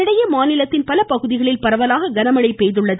இதனிடையே மாநிலத்தின் பல பகுதிகளில் பரவலாக கனமழை பெய்துள்ளது